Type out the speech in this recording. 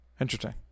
Interesting